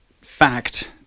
fact